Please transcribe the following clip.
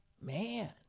man